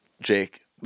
Jake